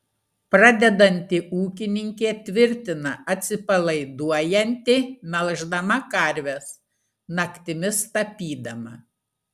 pradedanti ūkininkė tvirtina atsipalaiduojanti melždama karves naktimis tapydama